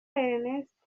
ernest